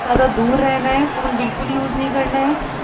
زیادہ دور رہنا ہے فون بالکل یوز نہیں کرنا ہے